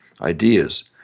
Ideas